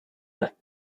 that